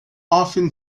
often